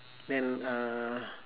then uh